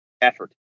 effort